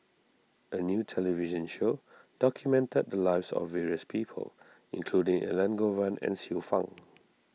a new television show documented the lives of various people including Elangovan and Xiu Fang